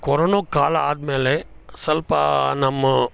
corona ಕಾಲ ಆದ್ಮೇಲೆ ಸ್ವಲ್ಪ ನಮ್ಮ